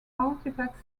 artifacts